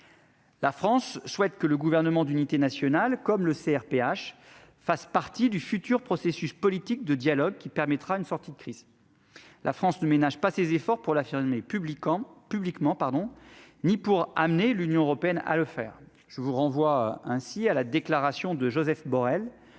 La France souhaite que le gouvernement d'unité nationale et le CRPH fassent partie du futur processus politique de dialogue, qui permettra une sortie de crise. Nous ne ménageons pas nos efforts pour l'affirmer publiquement ni pour amener l'Union européenne à le faire. Je vous renvoie ainsi à la déclaration du 30 avril